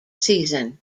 season